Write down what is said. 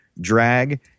drag